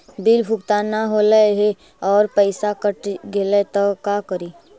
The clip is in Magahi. बिल भुगतान न हौले हे और पैसा कट गेलै त का करि?